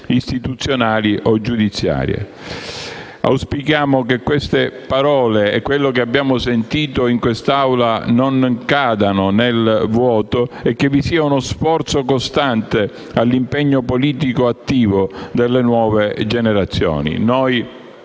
istituzionali o giudiziarie. Auspichiamo che queste parole e quello che abbiamo sentito in quest'Aula non cadano nel vuoto e che vi sia uno sforzo costante nell'impegno politico attivo delle nuove generazioni. Noi